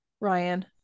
Ryan